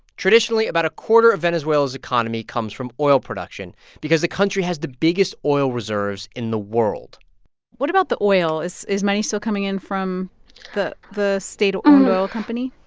traditionally, about a quarter of venezuela's economy comes from oil production because the country has the biggest oil reserves in the world what about the oil? is is money still coming in from the the state-owned oil company?